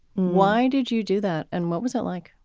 why did you do that and what was it like?